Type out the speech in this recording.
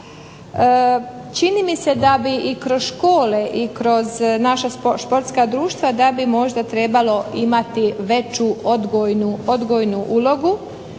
Čini mi se da bi i kroz škole i kroz naša športska društva da bi možda trebalo imati veću odgojnu ulogu